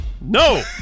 No